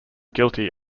guilty